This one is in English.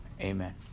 amen